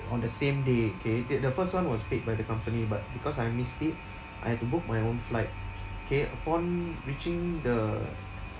on the same day okay did the first [one] was paid by the company but because I missed it I have to book my own flight K upon reaching the